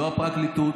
לא הפרקליטות.